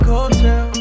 Hotel